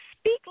speak